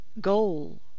goal